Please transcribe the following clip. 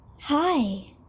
Hi